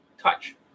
touch